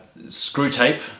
Screwtape